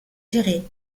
géré